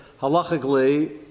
halachically